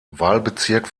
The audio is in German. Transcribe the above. wahlbezirk